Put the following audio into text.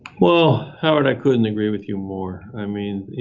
well, howard, i couldn't agree with you more. i mean, you